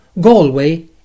Galway